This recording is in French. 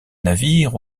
navire